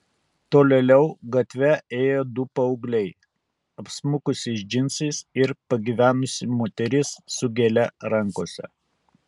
tolėliau gatve ėjo du paaugliai apsmukusiais džinsais ir pagyvenusi moteris su gėle rankose